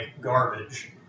garbage